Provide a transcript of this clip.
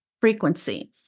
frequency